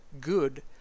good